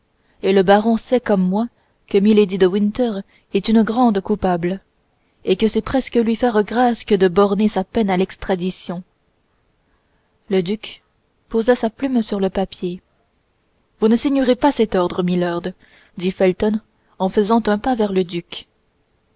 et le baron sait comme moi que milady de winter est une grande coupable et que c'est presque lui faire grâce que de borner sa peine à l'extradition le duc posa sa plume sur le papier vous ne signerez pas cet ordre milord dit felton en faisant un pas vers le duc